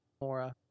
Mora